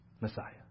Messiah